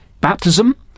baptism